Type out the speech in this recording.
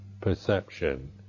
perception